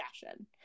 fashion